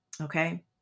okay